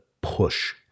push